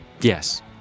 Yes